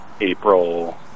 April